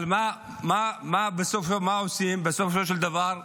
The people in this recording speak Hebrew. אבל מה עושים בסופו של דבר?